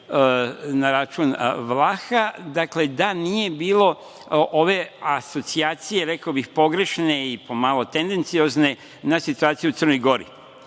na račun Vlaha, da nije bilo ove asocijacije, rekao bih pogrešne i pomalo tendenciozne, na situaciju u Crnoj